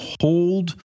hold